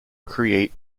create